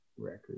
record